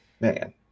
Man